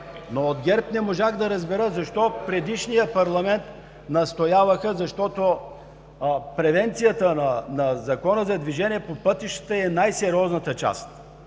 Но от ГЕРБ не можах да разбера защо в предишния парламент настояваха. Превенцията на Закона за движение по пътищата е най-сериозната част.